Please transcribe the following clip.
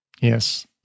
Yes